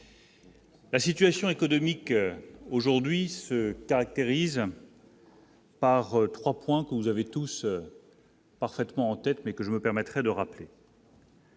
La situation économique aujourd'hui se caractérise. Par 3 points que vous avez tous. Parfaitement en tête, mais que je me permettrai de rappeler.